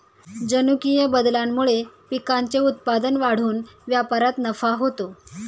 जनुकीय बदलामुळे पिकांचे उत्पादन वाढून व्यापारात नफा होतो